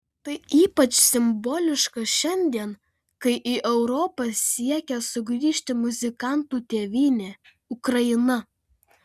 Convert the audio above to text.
tai ypač simboliška šiandien kai į europą siekia sugrįžti muzikantų tėvynė ukraina